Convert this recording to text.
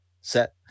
set